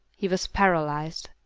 he was paralysed.